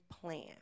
plan